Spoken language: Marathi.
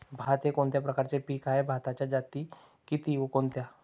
भात हे कोणत्या प्रकारचे पीक आहे? भाताच्या जाती किती व कोणत्या?